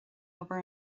obair